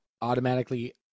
automatically